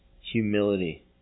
humility